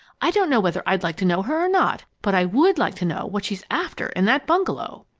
i don't know whether i'd like to know her or not, but i would like to know what she's after in that bungalow!